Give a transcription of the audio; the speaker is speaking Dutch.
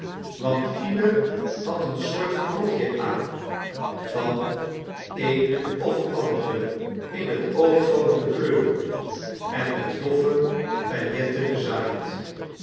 want ieder had eene soort van rokje aan van eene of andere in het oog vallende kleur en met doffe pailletten bezaaid